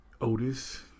Otis